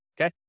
okay